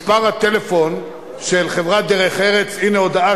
מספר הטלפון של חברת "דרך ארץ" הנה הודעה,